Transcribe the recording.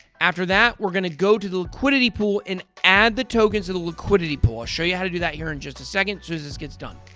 after that, we're going to go to the liquidity pool and add the tokens to the liquidity pool. i'll show you how to do that here in just a second as soon as this gets done.